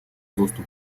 доступ